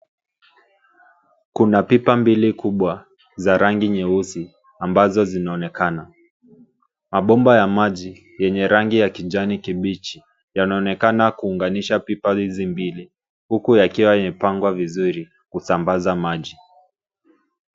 Kuna pipa mbili kubwa za rangi nyeusi ambazo zinaonekana. Mabomba ya maji yenye rangi ya kijani kibichi yanaonekana kuunganisha pipa hizi mbili huku yakiwa yamepangwa vizuri kusambaza maji.